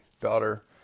daughter